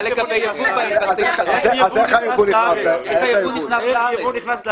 אז איך הייבוא נכנס לארץ